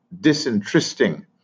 disinteresting